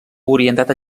orientat